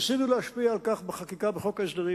ניסינו להשפיע על כך בחקיקה בחוק ההסדרים,